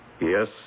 yes